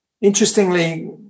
interestingly